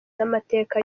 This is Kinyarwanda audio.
n’amateka